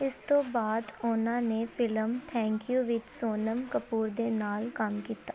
ਇਸ ਤੋਂ ਬਾਅਦ ਉਨ੍ਹਾਂ ਨੇ ਫਿਲਮ ਥੈਂਕ ਯੂ ਵਿੱਚ ਸੋਨਮ ਕਪੂਰ ਦੇ ਨਾਲ ਕੰਮ ਕੀਤਾ